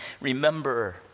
remember